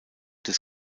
des